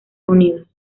unidos